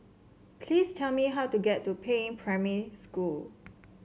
please tell me how to get to Peiying Primary School